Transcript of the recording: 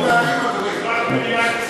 זה צמצום פערים, אדוני.